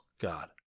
God